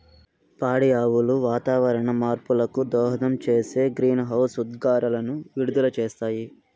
పాడి ఆవులు వాతావరణ మార్పులకు దోహదం చేసే గ్రీన్హౌస్ ఉద్గారాలను విడుదల చేస్తాయి